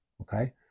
Okay